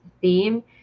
theme